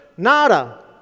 Nada